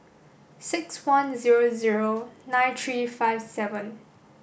six one zero zero nine three five seven